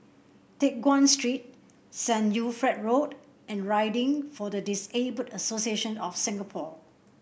Teck Guan Street Saint Wilfred Road and Riding for the Disabled Association of Singapore